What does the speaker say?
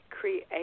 create